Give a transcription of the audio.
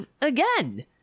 again